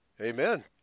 Amen